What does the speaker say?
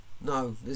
no